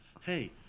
hey